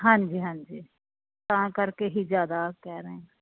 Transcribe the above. ਹਾਂਜੀ ਹਾਂਜੀ ਤਾਂ ਕਰਕੇ ਹੀ ਜਿਆਦਾ ਕਹਿ ਰਹੇ